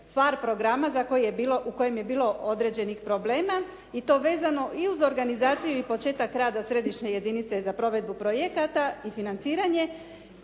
FAR programa u kojem je bilo određenih problema i to vezano i uz organizaciju i početak rada središnje jedinice za provedbu projekata i financiranje